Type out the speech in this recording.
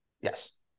Yes